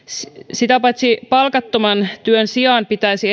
sitä paitsi palkattoman työn sijaan pitäisi